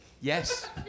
Yes